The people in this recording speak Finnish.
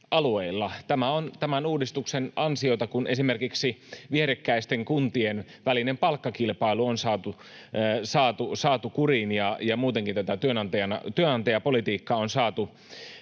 Tämä on tämän uudistuksen ansiota, kun esimerkiksi vierekkäisten kuntien välinen palkkakilpailu on saatu kuriin ja muutenkin tätä työnantajapolitiikkaa on saatu